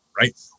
Right